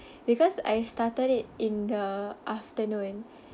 because I started it in the afternoon